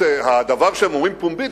הדבר שהם אומרים פומבית,